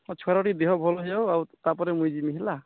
ହଁ ଛୁଆର୍ ଟିକେ ଦେହ ଭଲ୍ ହେଇଯାଉ ଆଉ ତା'ପରେ ମୁଇଁ ଯିମି ହେଲା